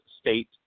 State